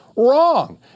Wrong